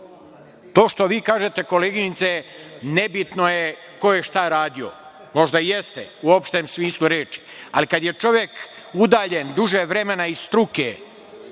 što vi kažete, koleginice, nebitno je ko je šta radio, možda jeste u opštem smislu reči, ali kada je čovek udaljen duže vremena iz struke,